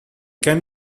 can